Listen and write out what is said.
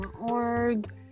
org